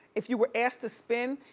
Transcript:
if you were asked to spin,